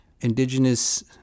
Indigenous